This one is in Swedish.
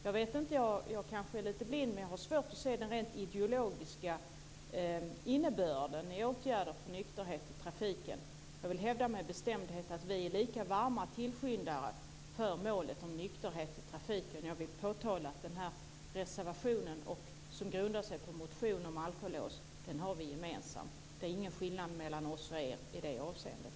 Jag kanske är lite blind, men jag har svårt att se den rent ideologiska innebörden av åtgärder för nykterhet i trafiken. Jag vill med bestämdhet hävda att vi är lika varma tillskyndare av målet om nykterhet i trafiken. Jag vill påtala att den här reservationen, som grundar sig på en motion om alkolås, har vi gemensam. Det är ingen skillnad mellan oss och er i det avseendet.